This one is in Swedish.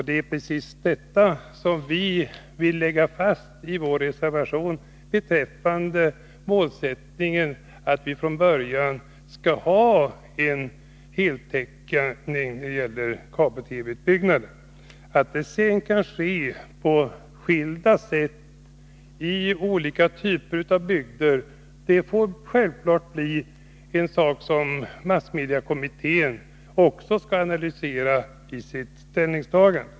Det är precis detta som vi vill lägga fast i vår reservation beträffande målsättningen att vi från början skall ha en heltäckning när det gäller kabel-TV-utbyggnaden. Att det sedan kan ske på skilda sätt i olika typer av bygder får självfallet bli en sak som massmediekommittén analyserar vid sitt ställningstagande.